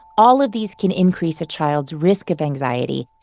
all of these can increase a child's risk of anxiety